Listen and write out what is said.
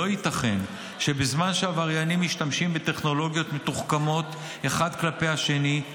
לא ייתכן שבזמן שעבריינים משתמשים בטכנולוגיות מתוחכמות אחד כלפי השני,